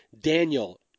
Daniel